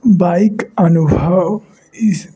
bike अनुभव इस